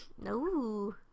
No